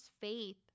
faith